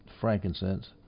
frankincense